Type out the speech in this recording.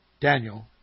Daniel